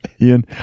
Ian